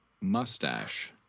Mustache